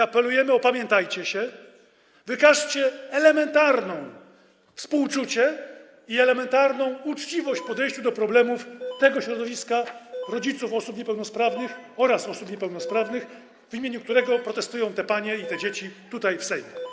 Apelujemy: opamiętajcie się, wykażcie współczucie i elementarną uczciwość w podejściu do problemów środowiska rodziców osób niepełnosprawnych oraz osób niepełnosprawnych, w imieniu którego protestują te panie i te dzieci tutaj, w Sejmie.